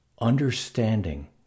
Understanding